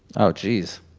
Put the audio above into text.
oh, geez.